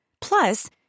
Plus